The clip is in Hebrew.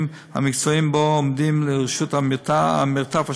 המקצועיים בו עומדים לרשות "מרתף השואה"